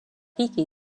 higi